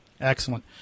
Excellent